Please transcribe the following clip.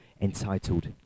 entitled